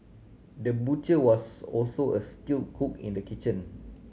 the butcher was also a skill cook in the kitchen